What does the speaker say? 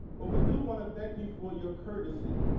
but we do want to thank you for your courtesy